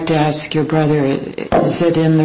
to ask your primary to sit in the